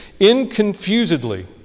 inconfusedly